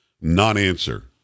non-answer